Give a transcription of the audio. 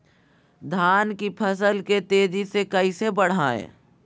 धान की फसल के तेजी से कैसे बढ़ाएं?